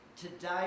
today